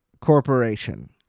corporation